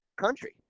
country